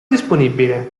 disponibile